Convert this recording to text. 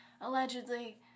allegedly